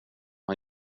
han